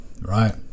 right